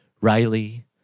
Riley